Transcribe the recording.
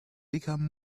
become